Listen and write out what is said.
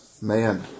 man